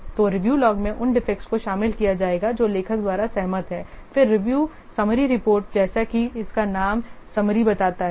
तो review log में उन डिफेक्टस को शामिल किया जाएगा जो लेखक द्वारा सहमत हैं फिर रिव्यू समरी रिपोर्ट जैसा कि इसका नाम समरी बताता है